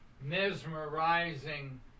mesmerizing